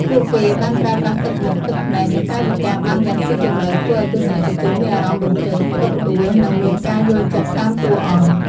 ពួកគេបានប្រើប្រាស់ទឹកមុខ ទឹកភ្នែក និងកាយវិការបានយ៉ាងស៊ីជម្រៅធ្វើឱ្យទស្សនិកជនមានអារម្មណ៍រំភើប ក្ដុកក្ដួល និងមានការយល់ចិត្តតាមតួអង្គ។